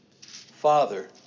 Father